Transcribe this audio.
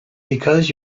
because